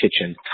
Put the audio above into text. kitchen